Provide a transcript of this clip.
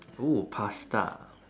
oo pasta